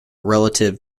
relative